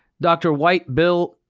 dr. white, bill,